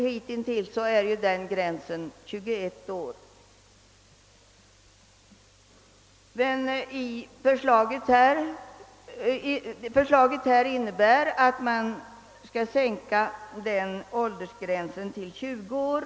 Hittills har gränsen gått vid 21 år. Enligt det föreliggande förslaget sänks denna åldersgräns till 20 år.